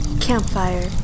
Campfire